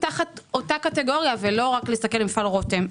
תחת אותה קטגוריה ולא רק להסתכל על מפעל רותם.